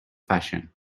fashion